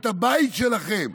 את הבית שלכם,